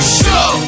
show